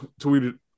tweeted